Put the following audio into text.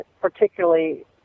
particularly